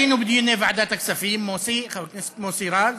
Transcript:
היינו בדיוני ועדת הכספים, חבר הכנסת מוסי רז.